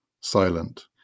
silent